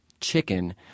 Chicken